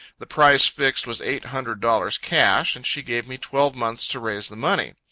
the price fixed, was eight hundred dollars cash, and she gave me twelve months to raise the money.